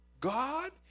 God